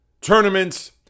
tournaments